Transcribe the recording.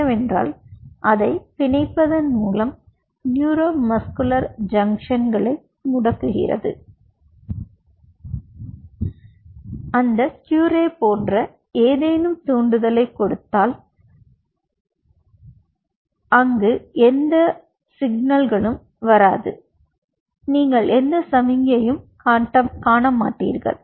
எனவே நீங்கள் க்யூரே போன்ற ஏதேனும் தூண்டுதலைக் கொடுத்தால் ஆனால் நீங்கள் இங்கு எந்த சமிக்ஞையையும் காண மாட்டீர்கள்